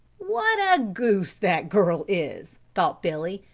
what a goose that girl is, thought billy,